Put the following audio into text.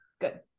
Good